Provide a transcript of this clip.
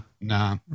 Nah